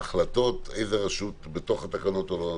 ההחלטות איזו רשות בתוך התקנות או לא,